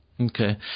Okay